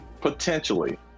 potentially